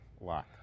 lock